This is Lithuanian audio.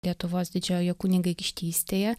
lietuvos didžiojoje kunigaikštystėje